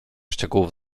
szczegółów